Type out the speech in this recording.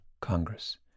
Congress